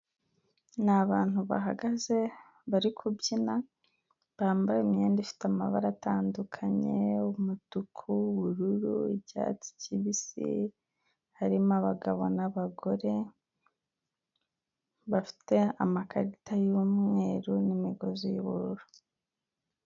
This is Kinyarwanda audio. N i abantu bahagaze bari kubyina bambaye imyenda ifite amabara atandukanye y'umutuku, ubururu, icyatsi kibisi, harimo abagabo n'abagore bafite amakarita y'umweru n'imigozi y'ubururu.